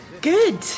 Good